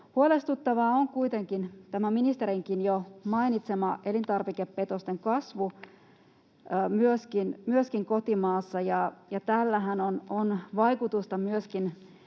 Huolestuttavaa on kuitenkin ministerinkin jo mainitsema elintarvikepetosten kasvu myöskin kotimaassa. Tällähän on vaikutusta meillä